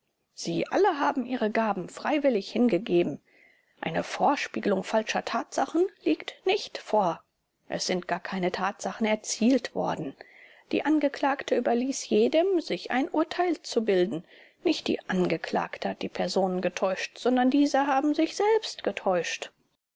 sie alle haben ihre gaben freiwillig hingegeben eine vorspiegelung falscher tatsachen liegt nicht vor es sind gar keine tatsachen erzielt worden die angeklagte überließ jedem sich ein urteil zu bilden nicht die angeklagte hat die personen getäuscht sondern diese haben sich selbst getäuscht